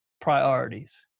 priorities